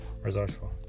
Resourceful